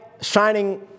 shining